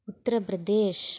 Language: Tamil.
உத்திரப்பிரதேஷ்